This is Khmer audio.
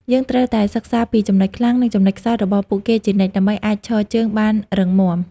យើងត្រូវតែសិក្សាពីចំណុចខ្លាំង និងចំណុចខ្សោយរបស់ពួកគេជានិច្ច ដើម្បីអាចឈរជើងបានរឹងមាំ។